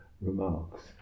remarks